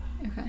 okay